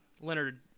leonard